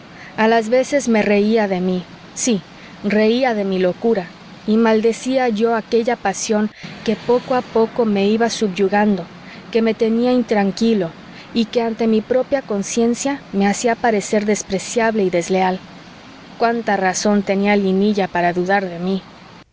a las veces me reía de mí sí reía de mi locura y maldecía yo de aquella pasión que poco a poco me iba subyugando que me tenía intranquilo y que ante mi propia conciencia me hacía parecer despreciable y desleal cuánta razón tenía linilla para dudar de mí